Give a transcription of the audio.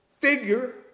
figure